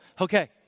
Okay